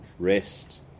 Rest